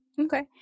Okay